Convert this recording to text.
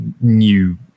new